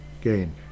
gain